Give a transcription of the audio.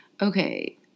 Okay